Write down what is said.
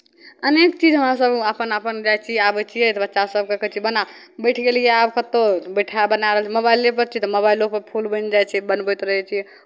अनेक चीज हमरासभ आपन आपन जाइ छियै आबै छियै तऽ बच्चासभकेँ कहै छियै बना बैठ गेलियै आब कतहु बैठा बना रहल छियै मोबाइलेपर छी तऽ मोबाइलोपर फूल बनि जाइ छै बनबैत रहै छै